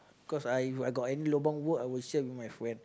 cause I I got any Lobang work I would share with my friend